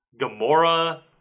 Gamora